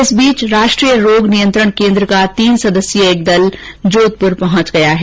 इस बीच राष्ट्रीय रोग नियंत्रण केंद्र का तीन सदस्यीय एक दल जोधपुर पहुंच गया है